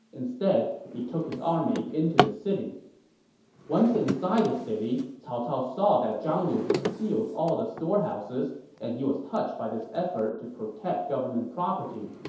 instead, he took his army into the city once inside the city, cao cao saw that zhang lu had sealed all the storehouses and was touched by this effort to protect government property,